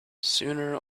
sooner